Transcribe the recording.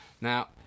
Now